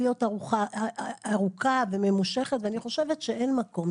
להיות ארוכה וממושכת ואני חושבת שאין מקום,